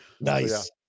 Nice